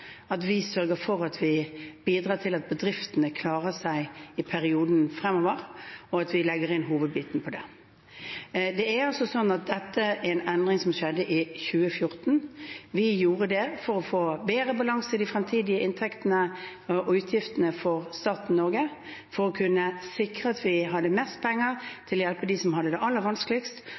at vi sørger for å bidra til at bedriftene klarer seg i perioden fremover, og at vi legger inn hovedinnsatsen der. Dette er en endring som skjedde i 2014. Vi gjorde det for å få bedre balanse i de fremtidige inntektene og utgiftene for staten Norge, for å sikre at vi hadde mest penger til å hjelpe dem som hadde det aller vanskeligst.